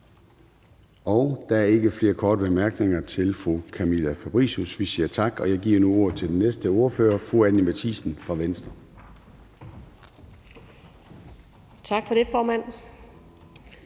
Der er ikke flere korte bemærkninger til fru Camilla Fabricius. Vi siger tak, og jeg giver nu ordet til den næste ordfører, fru Anni Matthiesen fra Venstre. Kl. 22:19 (Ordfører)